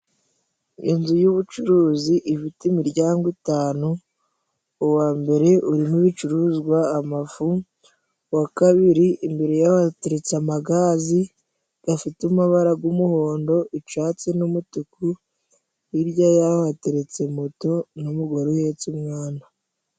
Inzu y'ubucuruzi ifite imiryango itanu. Uwa mbere urimo ibicuruzwa; amafu. Uwa kabiri imbere y'aho hateretse amagazi afite amabara y'umuhondo, icyatsi n'umutuku. Hirya y'aho hateretse moto n'umugore uhetse umwana.